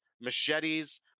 machetes